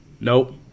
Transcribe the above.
nope